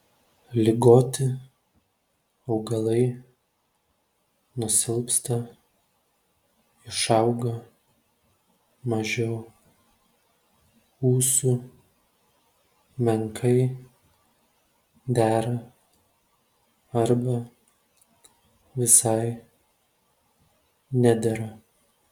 ligoti augalai nusilpsta išauga mažiau ūsų menkai dera arba visai nedera